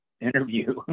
interview